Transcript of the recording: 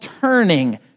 turning